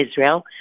Israel